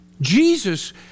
Jesus